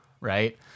right